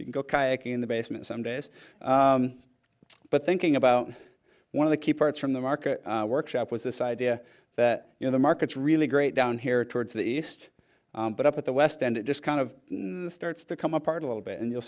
you can go kayaking in the basement some days but thinking about one of the key parts from the market workshop was this idea that you know the market's really great down here towards the east but up at the west end it just kind of starts to come apart a little bit and you'll